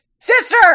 sister